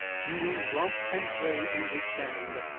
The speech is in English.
you will romp and play in this sand.